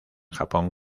japón